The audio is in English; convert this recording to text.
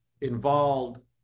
involved